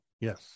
Yes